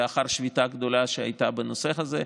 לאחר שביתה גדולה שהייתה בנושא הזה.